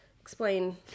explain